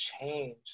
change